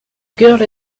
girl